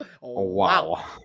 Wow